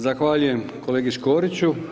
Zahvaljujem kolegi Škoriću.